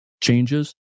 changes